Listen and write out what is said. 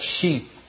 sheep